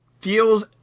feels